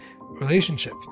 relationship